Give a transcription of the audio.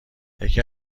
یکی